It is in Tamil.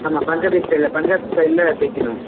ஆமாம் பஞ்சாபி ஸ்டைலில் பஞ்சாபி ஸ்டைலில் தைக்கணும்